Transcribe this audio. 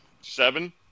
Seven